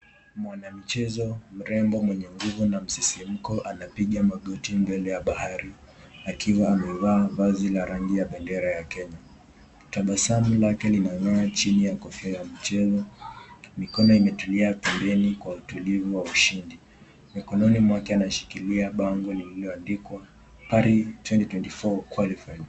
Mwanamchezo mrembo mwenye nguvu na msisimko amapiga magoti mbele ya bahari akiwa amevaa vazi la rangi ya bendera ya Kenya. Tabasamu lake linang'ara chini ya kofia ya michezo. Mikono imetulia pembeni kwa utulivu wa ushindi. Mikononi mwake anashikilia bango lililoandikwa (cs) Paris 2024 Qualified (cs).